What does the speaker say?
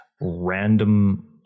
random